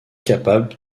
capable